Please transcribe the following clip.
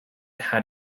had